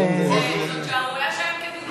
זאת שערורייה שאין כדוגמתה.